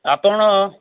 ଆପଣ